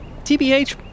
TBH